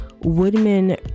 Woodman